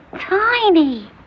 tiny